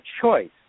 choice